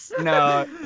No